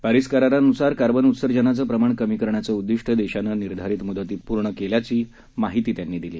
प्रिस करारान्सार कार्बन उत्सर्जनाचं प्रमाण कमी करण्याचं उद्दिष् देशानं निर्धारित मुदतीपूर्वीच पूर्ण केलं असल्याची माहितीही त्यांनी दिली